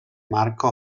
marca